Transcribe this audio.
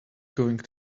going